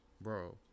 Bro